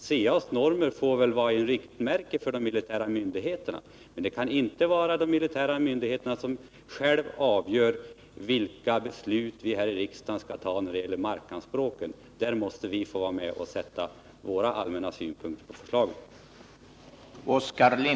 De får vara ett riktmärke för de militära myndigheterna, men de militära myndigheterna kan inte få avgöra vilka beslut vi skall fatta här i riksdagen när det gäller markanspråken. I de frågorna måste vi få vara med och framföra våra allmänna synpunkter på förslagen.